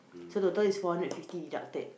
so total is four hundred fifty deducted